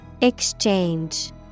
Exchange